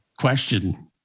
question